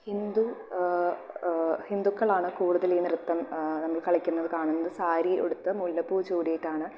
ഹിന്ദു ഹിന്ദുക്കളാണ് കൂടുതൽ ഈ നൃത്തം കളിക്കുന്നത് കാണുന്നത് സാരി ഉടുത്ത് മുല്ലപ്പൂ ചൂടിയിട്ടാണ്